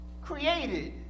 created